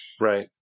Right